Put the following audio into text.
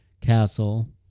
castle